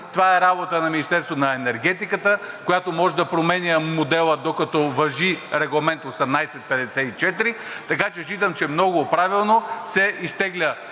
Това е работа на Министерството на енергетиката, което може да променя модела, докато важи Регламент № 1854, така че считам, че много правилно се изтегля